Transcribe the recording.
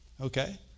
Okay